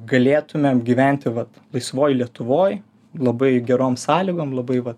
galėtumėm gyventi vat laisvoj lietuvoj labai gerom sąlygom labai va